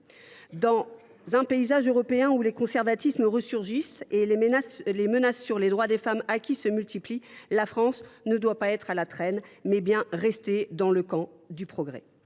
Dans un contexte européen où les conservatismes ressurgissent et où les menaces pesant sur les droits acquis par les femmes se multiplient, la France ne doit pas être à la traîne, mais bien rester dans le camp du progrès.